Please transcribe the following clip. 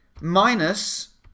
minus